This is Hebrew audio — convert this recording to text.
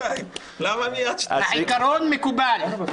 העיקרון מקובל.